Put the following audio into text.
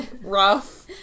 rough